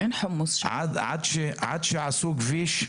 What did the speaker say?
עד שעשו כביש,